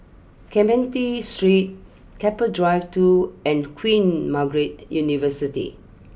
Clementi Street Keppel Drive two and Queen Margaret University